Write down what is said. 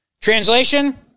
Translation